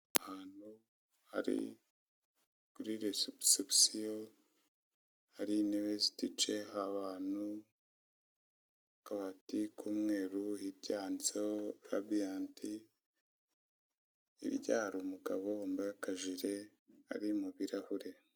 Ahantu hari kuri reception hari intebe ziticayeho abantu n'akabati k'umweru hirya handitseho rabiant hirya hari umugabo wambaye akajiire ari mu birahure.